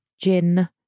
gin